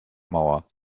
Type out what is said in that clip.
mauer